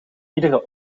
iedere